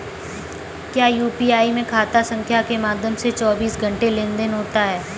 क्या यू.पी.आई में खाता संख्या के माध्यम से चौबीस घंटे लेनदन होता है?